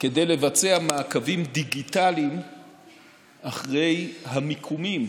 כדי לבצע מעקבים דיגיטליים אחרי המיקומים